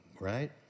right